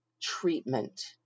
treatment